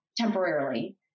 temporarily